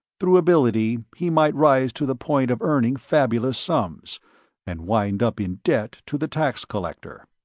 through ability he might rise to the point of earning fabulous sums and wind up in debt to the tax collector.